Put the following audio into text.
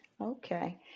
Okay